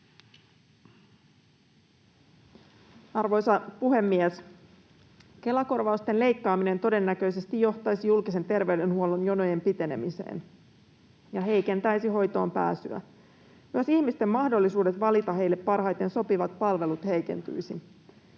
Arvoisa puhemies! Kela-kor-vausten leikkaaminen todennäköisesti johtaisi julkisen terveydenhuollon jonojen pitenemiseen — ja heikentäisi hoitoon pääsyä. Myös ihmisten mahdollisuudet valita heille parhaiten sopivat palvelut heikentyisivät.